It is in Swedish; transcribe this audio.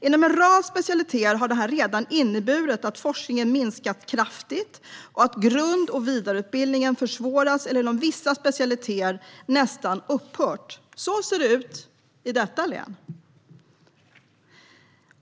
Inom en rad specialiteter har detta redan inneburit att forskningen har minskat kraftigt och att grund och vidareutbildningen försvårats - eller inom vissa specialiteter nästan upphört. Så ser det ut i detta län.